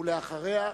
ואחריה,